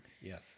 Yes